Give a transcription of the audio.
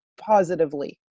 positively